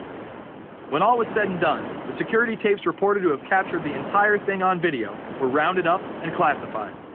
when all was said and done, the security tapes reported to have. captured the entire thing on video were rounded up and classified.